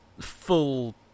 full